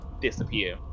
disappear